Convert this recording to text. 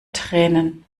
tränen